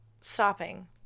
stopping